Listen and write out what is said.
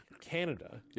Canada